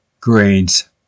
Grains